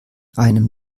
einem